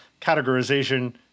categorization